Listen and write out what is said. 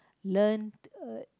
learnt uh